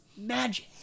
magic